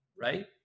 right